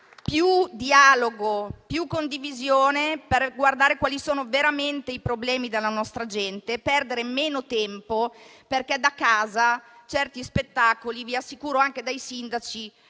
più dialogo, più condivisione, per guardare quali sono veramente i problemi della nostra gente e perdere meno tempo, perché da casa certi spettacoli vi assicuro che anche dai sindaci